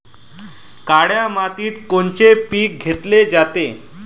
काळ्या मातीत कोनचे पिकं घेतले जाते?